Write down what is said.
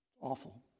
Awful